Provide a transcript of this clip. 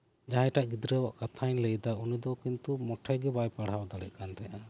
ᱡᱟᱦᱟᱸᱭᱴᱟᱜ ᱜᱤᱫᱽᱨᱟᱹᱣᱟᱜ ᱠᱟᱛᱷᱟᱧ ᱞᱟᱹᱭ ᱮᱫᱟ ᱩᱱᱤ ᱫᱚ ᱠᱤᱱᱛᱩ ᱢᱚᱴᱷᱮᱜᱮ ᱵᱟᱭ ᱯᱟᱲᱦᱟᱣ ᱫᱟᱲᱮᱭᱟᱜ ᱠᱟᱱ ᱛᱟᱦᱮᱸᱫᱼᱟ